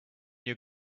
your